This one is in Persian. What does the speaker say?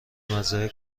مزرعه